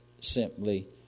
simply